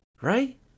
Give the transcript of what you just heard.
Right